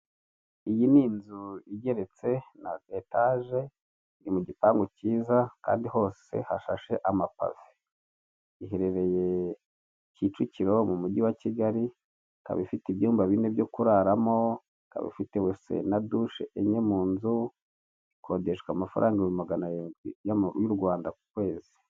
Iyi ni inzu igeretse ni aka etage iri mu gipangu kiza kandi hose hashashe amapave, iherereye Kicukiro mu mujyi wa Kigali, ikaba ifite ibyumba bine byo kuraramo akaba ifite wese na dusha enye mu nzu, ikodeshwa amafaranga ibihumbi maganarindwi y'u Rwanda ku kwezi.